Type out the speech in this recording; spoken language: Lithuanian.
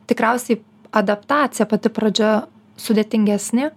tikriausiai adaptacija pati pradžia sudėtingesnė